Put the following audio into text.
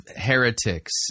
heretics